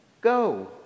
go